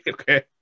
okay